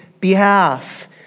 behalf